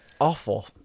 Awful